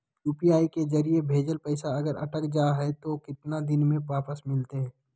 UPI के जरिए भजेल पैसा अगर अटक जा है तो कितना दिन में वापस मिलते?